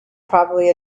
probably